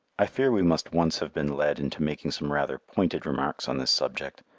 i fear we must once have been led into making some rather pointed remarks on this subject,